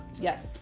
yes